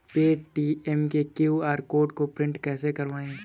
Paytm के QR code को print कैसे करवाएँ?